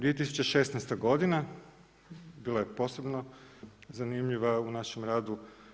2016. godina, bila je posebno zanimljiva u našem radu.